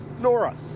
Nora